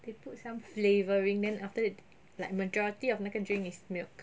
they put some flavouring then after that like majority of 那个 drink is milk